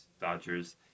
Dodgers